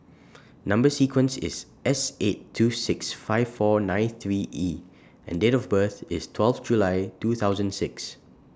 Number sequence IS S eight two six five four nine three E and Date of birth IS twelve July two thousand and six